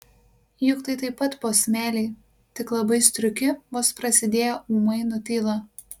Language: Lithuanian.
juk tai taip pat posmeliai tik labai striuki vos prasidėję ūmai nutyla